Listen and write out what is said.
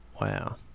Wow